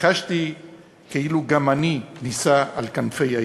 וחשתי כאילו גם אני נישא על כנפי ההיסטוריה.